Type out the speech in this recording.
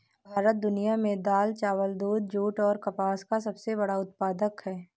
भारत दुनिया में दाल, चावल, दूध, जूट और कपास का सबसे बड़ा उत्पादक है